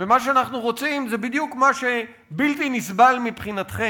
ומה שאנחנו רוצים זה בדיוק מה שבלתי נסבל מבחינתכם,